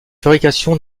fabrication